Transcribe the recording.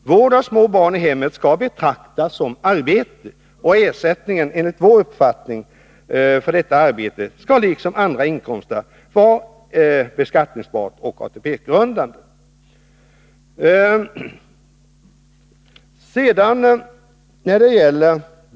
Vård av små barn i hemmet skall alltså betraktas som arbete, och ersättningen för detta arbete skall enligt vår uppfattning liksom andra inkomster vara beskattningsbar och ATP-grundande.